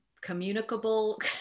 communicable